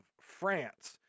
France